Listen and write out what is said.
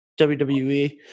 wwe